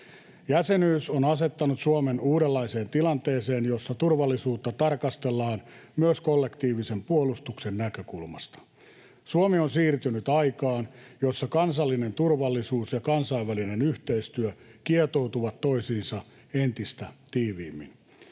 Jäsenyys on asettanut Suomen uudenlaiseen tilanteeseen, jossa turvallisuutta tarkastellaan myös kollektiivisen puolustuksen näkökulmasta. Suomi on siirtynyt aikaan, jossa kansallinen turvallisuus ja kansainvälinen yhteistyö kietoutuvat toisiinsa entistä tiiviimmin.